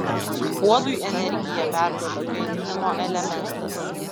puodui energiją perduoda kaitinimo elementas